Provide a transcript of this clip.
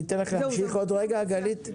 אני אתן לך להמשיך עוד רגע, גלית.